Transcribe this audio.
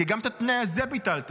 כי גם את התנאי הזה ביטלתם,